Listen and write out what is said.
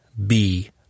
-B